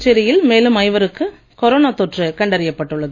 புதுச்சேரியில் மேலும் ஐவருக்கு கொரோனா தொற்று கண்டறியப் பட்டுள்ளது